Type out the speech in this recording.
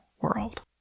world